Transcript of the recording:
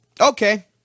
Okay